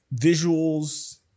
visuals